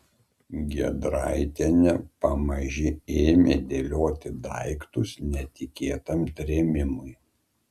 giedraitienė pamaži ėmė dėlioti daiktus netikėtam trėmimui